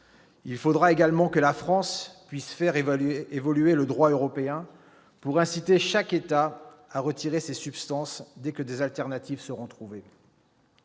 Il faudra également que la France puisse faire évoluer le droit européen pour inciter chaque État à retirer ces substances dès que des alternatives seront trouvées.